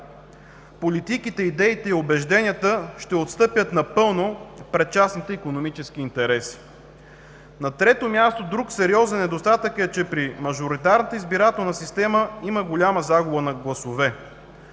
Политиките, идеите и убежденията ще отстъпят напълно пред частните икономически интереси. На трето място, друг сериозен недостатък е, че при мажоритарната избирателна система има голяма загуба на гласове.